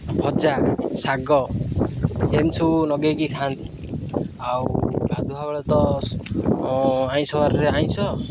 ଭଜା ଶାଗ ଏମିତି ସବୁ ଲଗେଇକି ଖାଆନ୍ତି ଆଉ ଗାଧୁଆ ବେଳେ ତ ଆଇଁଷ ବାରିରେ ଆଇଁଷ